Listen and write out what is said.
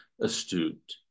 astute